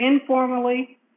informally